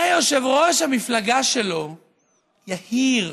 הרי יושב-ראש המפלגה שלו יהיר,